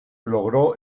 logró